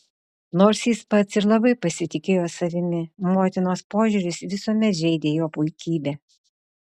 nors jis pats ir labai pasitikėjo savimi motinos požiūris visuomet žeidė jo puikybę